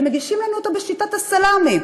שמגישים לנו אותו בשיטת הסלמי?